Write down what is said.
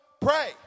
pray